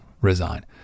resign